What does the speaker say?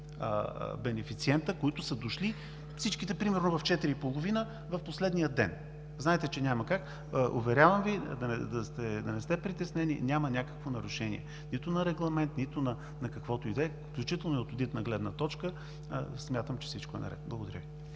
бенефициента, които са дошли – всичките примерно в 16,30 ч., в последния ден. Знаете, че няма как. Уверявам Ви, да не сте притеснени, няма някакво нарушение – нито на регламент, нито на какво и да е, включително и от одитна гледна точка, смятам, че всичко е наред. Благодаря Ви.